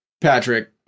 Patrick